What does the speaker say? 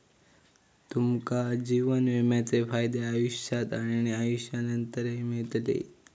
तुमका जीवन विम्याचे फायदे आयुष्यात आणि आयुष्यानंतरही मिळतले